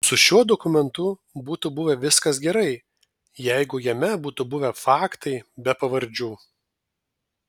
su šiuo dokumentu būtų buvę viskas gerai jeigu jame būtų buvę faktai be pavardžių